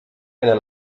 einer